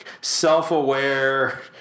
self-aware